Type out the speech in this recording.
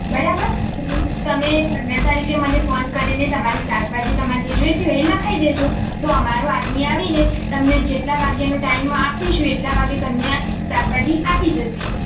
બરાબર તમે પંદર તારીખે મને ફોન કરીને તમારી શાકભાજી તમારે જે જોઈતી હોય એ લખાવી દેજો તો અમારો આદમી આવીને તમને જેટલા વાગ્યાનો ટાઈમ આપીશું એટલા વાગે તમને શાકભાજી આપી જશે